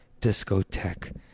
discotheque